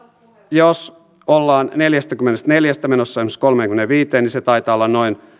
jos ollaan neljästäkymmenestäneljästä menossa esimerkiksi kolmeenkymmeneenviiteen niin se taitaa olla noin